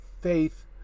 faith